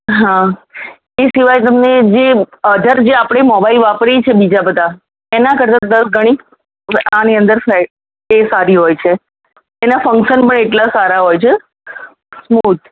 હા એ સિવાય તમને જે અધર જે આપણે મોબાઈલ વાપરીએ છીએ બીજા બધાં એના કરતા દશ ગણી આની અંદર એ સારી હોય છે એના ફંકશન પણ એટલાં સારા હોય છે સ્મૂધ